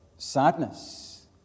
Sadness